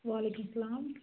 وعلیکُم سلام